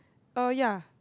oh ya